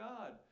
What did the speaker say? God